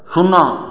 ଶୂନ